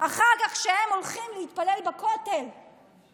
כשהם הולכים להתפלל בכותל אחר כך,